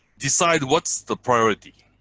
decide what's the priority,